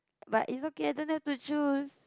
but is okay I don't dare to choose